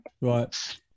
Right